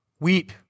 Weep